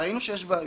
ראינו שיש בעיות,